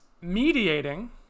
mediating